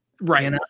Right